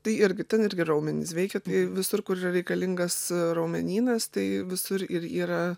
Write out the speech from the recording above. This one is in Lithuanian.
tai irgi ten irgi raumenys veikia visur kur yra reikalingas raumenynas tai visur ir yra